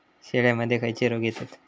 शेळ्यामध्ये खैचे रोग येतत?